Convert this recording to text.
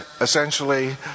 essentially